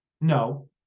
no